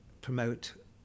promote